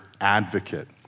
advocate